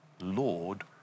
lord